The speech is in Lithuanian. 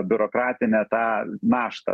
biurokratinę tą naštą